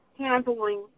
handling